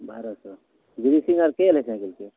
बारह सए गिरिसिङ्ग आओर कएल हय साइकिलके